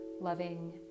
loving